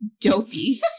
Dopey